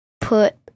put